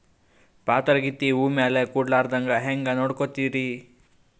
ಪಾತರಗಿತ್ತಿ ಹೂ ಮ್ಯಾಲ ಕೂಡಲಾರ್ದಂಗ ಹೇಂಗ ನೋಡಕೋತಿರಿ?